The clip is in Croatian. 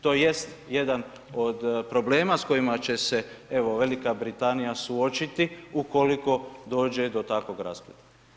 To jest jedan od problema s kojima će se, evo, Velika Britanija suočiti ukoliko dođe do takvog raspleta.